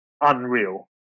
unreal